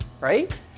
right